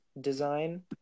design